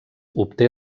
obté